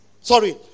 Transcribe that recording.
Sorry